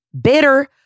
Bitter